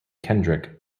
kendrick